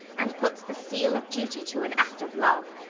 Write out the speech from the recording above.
and puts the seal of duty to an act of love.